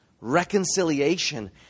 reconciliation